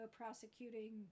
prosecuting